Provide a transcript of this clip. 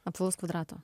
apvalaus kvadrato